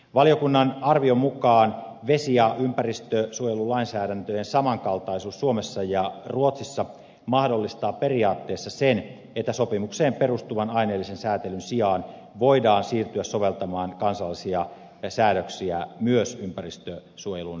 valiokunnan arvion mukaan vesi ja ympäristönsuojelulainsäädäntöjen samankaltaisuus suomessa ja ruotsissa mahdollistaa periaatteessa sen että sopimukseen perustuvan aineellisen säätelyn sijaan voidaan siirtyä soveltamaan kansallisia säädöksiä myös ympäristönsuojelusta huolehtien